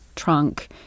trunk